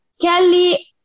Kelly